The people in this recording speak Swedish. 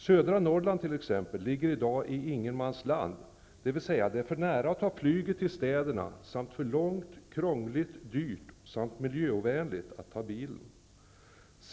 Södra Norrland t.ex. ligger i dag i ''ingen mans land'' -- dvs. det är för nära att ta flyget till städerna där samt för långt, krångligt, dyrt och miljöovänligt att ta bilen.